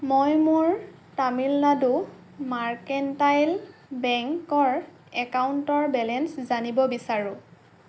মই মোৰ তামিলনাডু মাৰ্কেণ্টাইল বেংকৰ একাউণ্টৰ বেলেঞ্চ জানিব বিচাৰোঁ